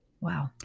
Wow